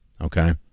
okay